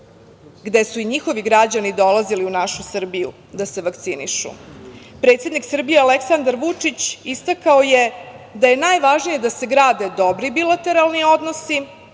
gde su i njihovi građani dolazili u našu Srbiju da se vakcinišu. Predsednik Srbije Aleksandar Vučić istakao je da je najvažnije da se grade dobri bilateralni odnosi,